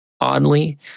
Oddly